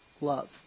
love